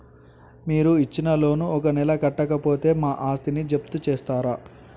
మీరు ఇచ్చిన లోన్ ను ఒక నెల కట్టకపోతే మా ఆస్తిని జప్తు చేస్తరా?